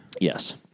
Yes